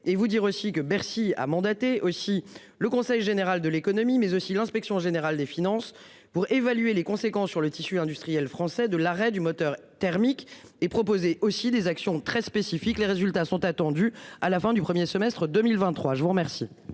et vous dire aussi que Bercy a mandatée aussi le Conseil général de l'économie mais aussi l'Inspection générale des finances pour évaluer les conséquences sur le tissu industriel français de l'arrêt du moteur thermique et proposer aussi des actions très spécifiques, les résultats sont attendus à la fin du 1er semestre 2023. Je vous remercie.